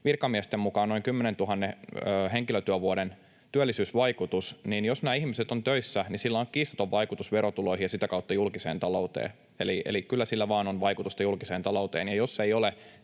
virkamiesten mukaan noin 10 000 henkilötyövuoden työllisyysvaikutus, niin jos nämä ihmiset ovat töissä, niin sillä on kiistaton vaikutus verotuloihin ja sitä kautta julkiseen talouteen. Eli kyllä sillä vaan on vaikutusta julkiseen talouteen, ja jos ei ole,